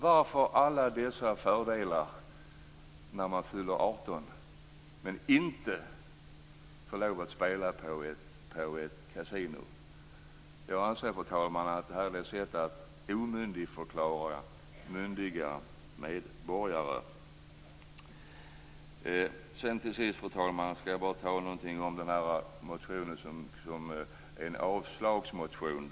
Varför får man inte spela på ett kasino, trots att man får alla dessa fördelar när man fyller 18? Jag anser, fru talman, att detta är ett sätt att omyndigförklara myndiga medborgare. Till sist, fru talman, skall jag säga något om avslagsmotionen.